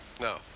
No